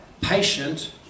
patient